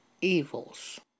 evils